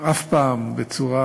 אף פעם בצורה